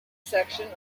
section